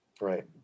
Right